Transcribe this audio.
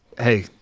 hey